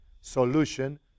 solution